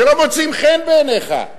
שלא מוצאים חן בעיניך.